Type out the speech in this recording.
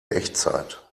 echtzeit